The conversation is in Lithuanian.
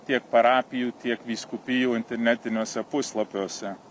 tiek parapijų tiek vyskupijų internetiniuose puslapiuose